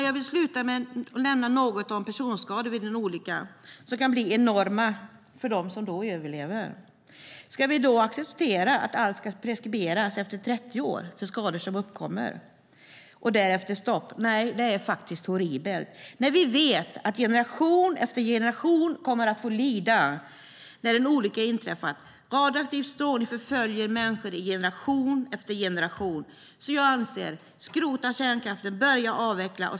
Jag vill avsluta med att nämna något om personskador vid en olycka. De kan bli enorma för dem som överlever. Ska vi då acceptera att skador som uppkommer ska preskriberas efter 30 år, och därefter är det stopp? Nej, det är faktiskt horribelt när vi vet att generation efter generation kommer att få lida när en olycka inträffar. Radioaktiv strålning förföljer människor i generation efter generation. Jag anser därför: Skrota kärnkraften! Börja avveckla!